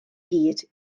gyd